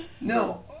no